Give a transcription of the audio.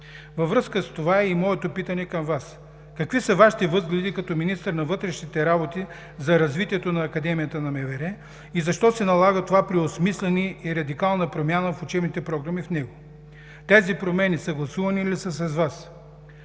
Във връзка с това е и моето питане към Вас: Какви са Вашите възгледи като министър на вътрешните работи за развитието на Академията на МВР и защо се налага това преосмисляне и радикална промяна в учебните програми в него? Тези промени съгласувани ли са с Вас?